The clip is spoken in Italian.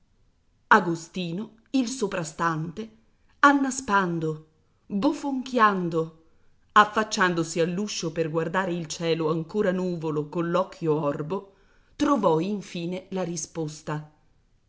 agostino il soprastante annaspando bofonchiando affacciandosi all'uscio per guardare il cielo ancora nuvolo coll'occhio orbo trovò infine la risposta